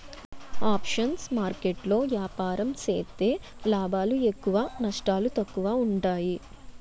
options market లో ఏపారం సేత్తే లాభాలు ఎక్కువ నష్టాలు తక్కువ ఉంటాయి